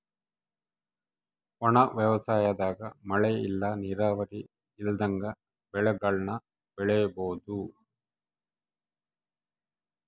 ಒಣ ವ್ಯವಸಾಯದಾಗ ಮಳೆ ಇಲ್ಲ ನೀರಾವರಿ ಇಲ್ದಂಗ ಬೆಳೆಗುಳ್ನ ಬೆಳಿಬೋಒದು